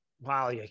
wow